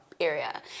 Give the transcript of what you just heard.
area